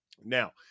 Now